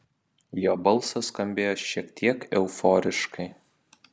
jo balsas skambėjo šiek tiek euforiškai